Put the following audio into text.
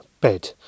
bed